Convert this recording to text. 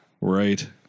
Right